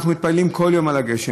אנחנו מתפללים כל יום לגשם,